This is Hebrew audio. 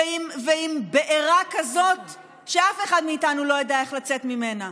ועם בערה כזאת שאף אחד מאיתנו לא ידע איך לצאת ממנה.